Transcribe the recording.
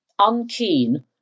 unkeen